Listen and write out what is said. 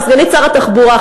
אני סגנית שר התחבורה,